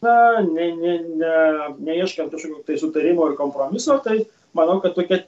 na ne ne neieškant kažkokių tai sutarimų ar kompromisų tai manau kad tokia